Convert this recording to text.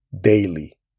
daily